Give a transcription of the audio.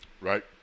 Right